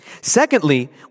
Secondly